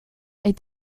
est